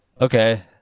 Okay